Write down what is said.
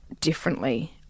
differently